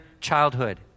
childhood